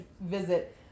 visit